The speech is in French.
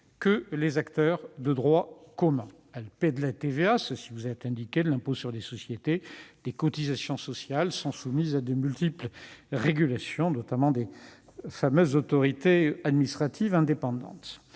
que les acteurs de droit commun : elles paient la TVA, l'impôt sur les sociétés, des cotisations sociales et sont soumises à de multiples régulations, notamment celles des fameuses autorités administratives indépendantes.